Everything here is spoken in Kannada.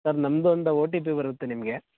ಸರ್ ನಮ್ದು ಒಂದು ಒ ಟಿ ಪಿ ಬರುತ್ತೆ ನಿಮಗೆ